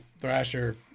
thrasher